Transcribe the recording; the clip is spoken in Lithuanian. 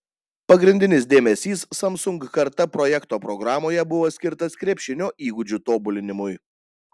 pagrindinis dėmesys samsung karta projekto programoje buvo skirtas krepšinio įgūdžių tobulinimui